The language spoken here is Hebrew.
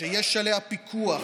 שיש עליה פיקוח,